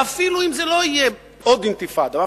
ואפילו אם זו לא תהיה עוד אינתיפאדה,